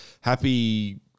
happy